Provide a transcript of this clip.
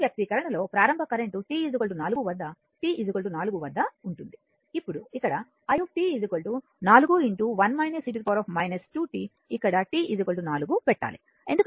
ఈ వ్యక్తీకరణలో ప్రారంభ కరెంట్ t 4 వద్ద t 4 వద్ద ఉంది ఇక్కడ i 4 ఇక్కడ t 4 పెట్టాలి